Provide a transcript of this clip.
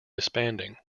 disbanding